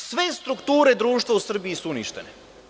Sve strukture društva u Srbiji su uništene.